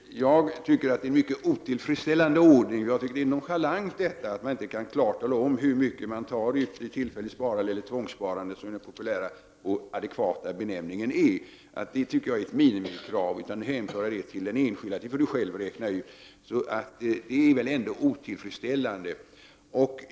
Herr talman! Jag tycker att det är en mycket otillfredsställande ordning. Det är nonchalant att man inte klart kan tala om hur mycket som tas i tillfälligt sparande, eller tvångssparande, som den populära och adekvata benämningen är. Jag tycker att det är ett minimikrav att så sker. I stället hänförs det till den enskilde att själv räkna ut detta. Det är väl ändå otillfredsställande?